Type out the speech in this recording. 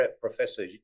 Professor